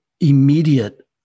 immediate